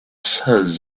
says